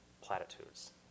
platitudes